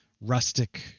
rustic